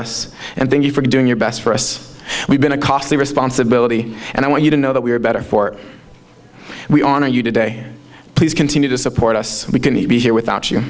us and thank you for doing your best for us we've been a costly responsibility and i want you to know that we are better for we honor you today please continue to support us we can be here without you